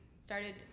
started